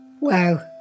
Wow